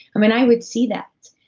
um and i would see that,